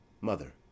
Mother